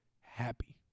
happy